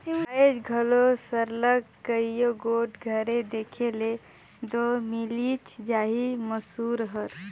आएज घलो सरलग कइयो गोट घरे देखे ले दो मिलिच जाही मूसर हर